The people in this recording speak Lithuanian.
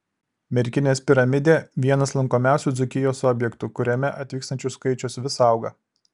merkinės piramidė vienas lankomiausių dzūkijos objektų kuriame atvykstančių skaičius vis auga